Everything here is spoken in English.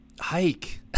hike